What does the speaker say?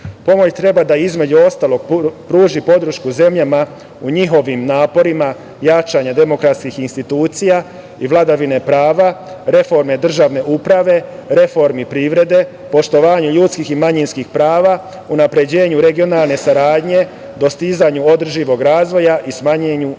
treba, između ostalog, da pruži podršku zemljama u njihovim naporima jačanja demokratskih institucija i vladavine prava, reforme državne uprave, reformi privrede, poštovanju ljudskih i manjinskih prava, unapređenju regionalne saradnje, dostizanju održivog razvoja i smanjenju